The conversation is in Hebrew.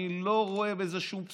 אני לא רואה בזה שום פסול,